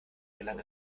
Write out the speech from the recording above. gelang